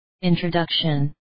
Introduction